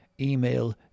email